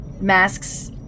masks